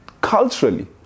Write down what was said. culturally